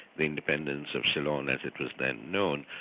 the independence of ceylon as it was then known,